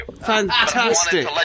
Fantastic